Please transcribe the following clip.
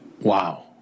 wow